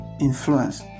influence